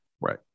Right